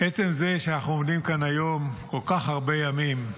עצם זה שאנחנו עומדים כאן היום, כל כך הרבה ימים,